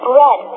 red